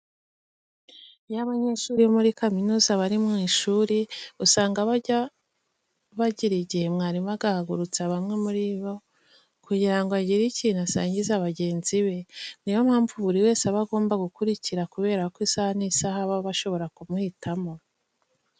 Iyo abanyeshuri bo muri kaminuza bari mu ishuri usanga bajya bagira igihe mwarimu agahagurutse bamwe muri bo kugira ngo agire ikintu asangiza bagenzi be. Niyo mpamvu buri wese aba agomba gukurikara kubera ko isaha n'isaha baba bashobora kumuhitamo.